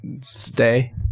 stay